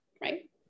right